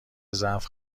ضعف